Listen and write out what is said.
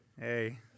hey